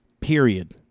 period